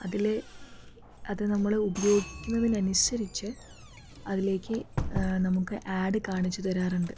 അതിലെ അത് നമ്മൾ ഉപയോഗിക്കുന്നതിനനുസരിച്ച് അതിലേക്ക് നമുക്ക് ആഡ് കാണിച്ച് തരാറുണ്ട്